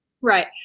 right